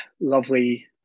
Lovely